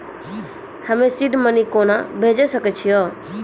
हम्मे seed money कोना भेजी सकै छिओंन